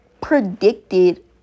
predicted